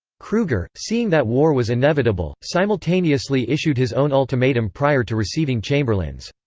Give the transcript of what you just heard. kruger, seeing that war was inevitable, simultaneously issued his own ultimatum prior to receiving chamberlain's.